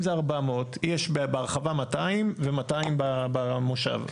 אם זה 400, יש בהרחבה 200 ו-200 במושב.